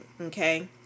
okay